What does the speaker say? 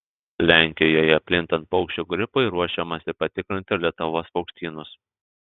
lenkijoje plintant paukščių gripui ruošiamasi patikrinti lietuvos paukštynus